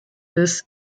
this